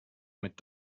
mit